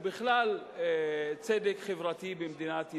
ובכלל צדק חברתי במדינת ישראל.